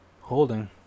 holding